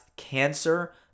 cancer